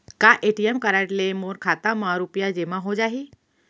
का ATM card ले मोर खाता म रुपिया जेमा हो जाही?